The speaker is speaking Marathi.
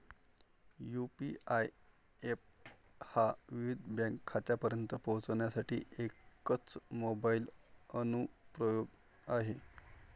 यू.पी.आय एप हा विविध बँक खात्यांपर्यंत पोहोचण्यासाठी एकच मोबाइल अनुप्रयोग आहे